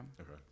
Okay